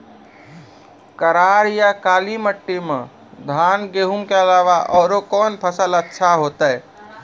करार या काली माटी म धान, गेहूँ के अलावा औरो कोन फसल अचछा होतै?